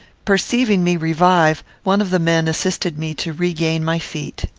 perceiving me revive, one of the men assisted me to regain my feet.